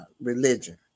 religion